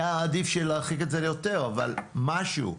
היה עדיף להרחיק את זה יותר, אבל משהו.